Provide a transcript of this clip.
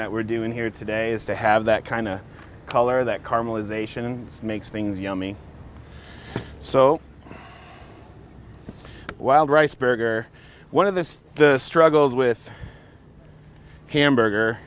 that we're doing here today is to have that kind of color that carmel ization just makes things yummy so wild rice burger one of the the struggles with hamburger